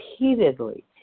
repeatedly